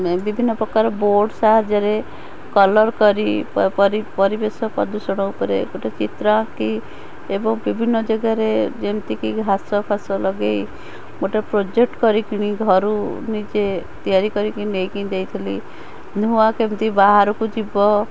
ବିଭିନ୍ନ ପ୍ରକାର ବୋର୍ଡ଼ ସାହାଯ୍ୟରେ କଲର୍ କରି ପରିବେଶ ପ୍ରଦୂଷଣ ଉପରେ ଗୋଟେ ଚିତ୍ର ଆଙ୍କି ଏବଂ ବିଭିନ୍ନ ଜେଗାରେ ଯେମିତି କି ଘାସ ଫାସ ଲଗାଇ ଗୋଟେ ପ୍ରୋଜେକ୍ଟ କରିକିନି ଘରୁ ନିଜେ ତିଆରି କରିକି ନେଇକି ଦେଇଥିଲି ଧୂଆଁ କେମିତି ବାହାରକୁ ଯିବ